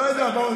לא יודע.